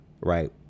right